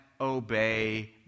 obey